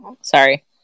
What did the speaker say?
Sorry